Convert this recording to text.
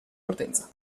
partenza